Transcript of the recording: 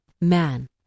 Man